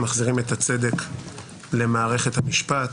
מחזירים את הצדק למערכת המשפט.